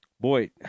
boy